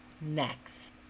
next